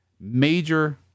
major